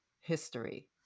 history